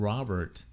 Robert